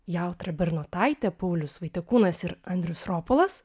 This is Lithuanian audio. jautra bernotaitė paulius vaitiekūnas ir andrius ropolas